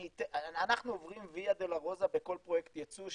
אנחנו עוברים ויה דולורוזה בכל פרויקט יצוא.